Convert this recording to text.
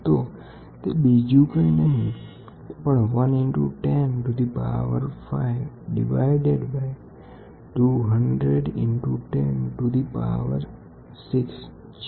તો તે બીજું કંઈ નહિ પણ 1 ઈંટુ 10 ની 5 ઘાત ડીવાઇડેડ બાઈ 200 ઈંટુ 10 ની 6 ઘાત છે